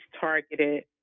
targeted